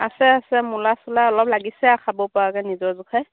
আছে আছে মূলা চূলা অলপ লাগিছে আ খাব পৰাকে নিজৰ জোখে